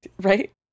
Right